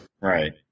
Right